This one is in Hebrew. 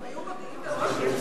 אם היו מודיעים מראש שיש תקלה,